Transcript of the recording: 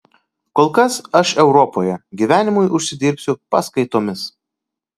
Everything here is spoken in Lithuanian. kol kas aš europoje gyvenimui užsidirbsiu paskaitomis